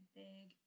big